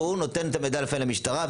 הוא נותן את המידע לפעמים למשטרה,